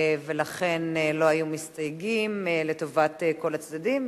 ולכן לא היו מסתייגים, לטובת כל הצדדים.